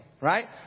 Right